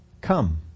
come